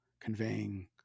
conveying